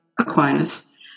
Aquinas